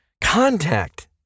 Contact